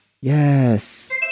Yes